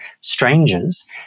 strangers